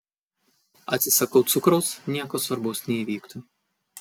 atsisakau cukraus nieko svarbaus neįvyktų